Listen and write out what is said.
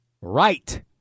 Right